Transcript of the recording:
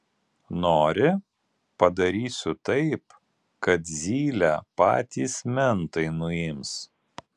nori padarysiu taip kad zylę patys mentai nuims